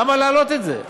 למה להעלות את זה?